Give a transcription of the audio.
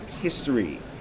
history